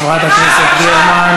חברת הכנסת גרמן.